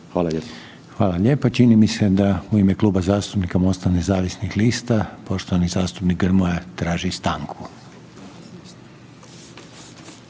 Hvala lijepo. Čini mi da u ime Kluba zastupnika MOST-a nezavisnih lista poštovani zastupnik Grmoja traži stanku.